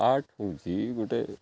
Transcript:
art ହେଉଛି ଗୋଟେ